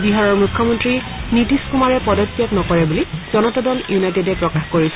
বিহাৰৰ মুখ্যমন্ত্ৰী নীতিশ কুমাৰে পদত্যাগ নকৰে বুলি জনতা দল ইউনাইটেডে প্ৰকাশ কৰিছে